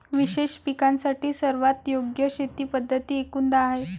विशेष पिकांसाठी सर्वात योग्य शेती पद्धती एकूण दहा आहेत